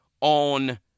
on